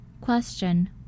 Question